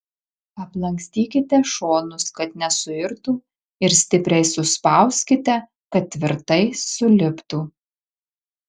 aplankstykite šonus kad nesuirtų ir stipriai suspauskite kad tvirtai suliptų